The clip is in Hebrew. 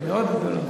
מאוד גדולות.